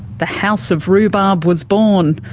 the house of rhubarb was born.